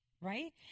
Right